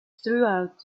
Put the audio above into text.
throughout